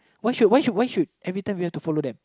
why should why should why should every time we have to follow them